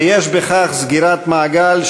ויש בכך סגירת מעגל,